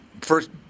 first